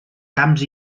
camps